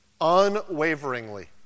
unwaveringly